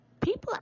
people